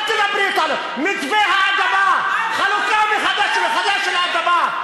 אל תדברי אתנו, מתווה האדמה, חלוקה מחדש של האדמה.